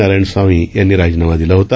नारायणस्वामी यांनी राजीनामा दिला होता